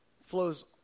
flows